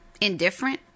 indifferent